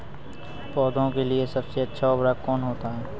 पौधे के लिए सबसे अच्छा उर्वरक कौन सा होता है?